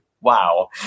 Wow